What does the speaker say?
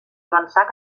avançar